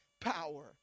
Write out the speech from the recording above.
power